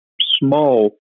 small